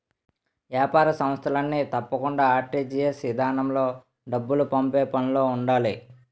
ఏపార సంస్థలన్నీ తప్పకుండా ఆర్.టి.జి.ఎస్ ఇదానంలో డబ్బులు పంపే పనులో ఉండాలి